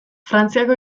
frantziako